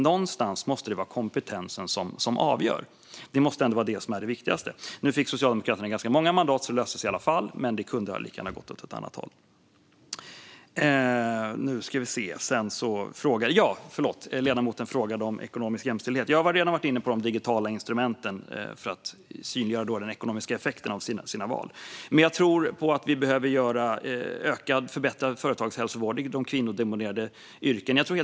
Någonstans måste det vara kompetensen som avgör; det måste ändå vara detta som är det viktigaste. Nu fick Socialdemokraterna ganska många mandat, så det löste sig i alla fall, men det kunde lika gärna ha gått åt ett annat håll. Ledamoten frågade om ekonomisk jämställdhet. Jag har redan varit inne på de digitala instrumenten för att synliggöra den ekonomiska effekten av människors val. Jag tror också att det behövs förbättrad företagshälsovård i de kvinnodominerade yrkena.